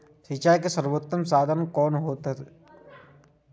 सिंचाई के सर्वोत्तम साधन कुन होएत अछि?